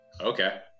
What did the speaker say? Okay